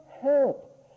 help